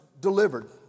delivered